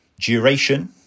duration